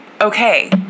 okay